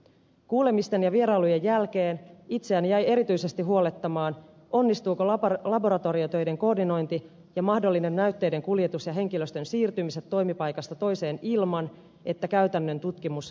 kuulemisten ja vierailujen jälkeen itseäni jäi erityisesti huolettamaan onnistuvatko laboratoriotöiden koordinointi ja mahdollinen näytteiden kuljetus ja henkilöstön siirtymiset toimipaikasta toiseen ilman että käytännön tutkimus vaikeutuu